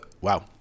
Wow